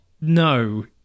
No